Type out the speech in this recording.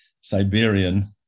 Siberian